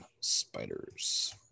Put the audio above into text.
Spiders